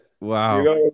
Wow